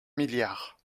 milliards